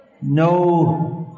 No